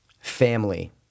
Family